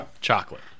chocolate